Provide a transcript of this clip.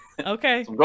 Okay